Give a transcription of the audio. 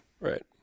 Right